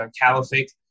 caliphate